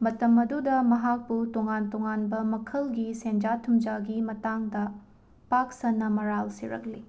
ꯃꯇꯝ ꯑꯗꯨꯗ ꯃꯍꯥꯛꯄꯨ ꯇꯣꯡꯉꯥꯟ ꯇꯣꯡꯉꯥꯟꯕ ꯃꯈꯜꯒꯤ ꯁꯦꯟꯖꯥ ꯊꯨꯝꯖꯥꯒꯤ ꯃꯇꯥꯡꯗ ꯄꯥꯛ ꯁꯟꯅ ꯃꯔꯥꯜ ꯁꯤꯔꯛꯂꯤ